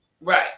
right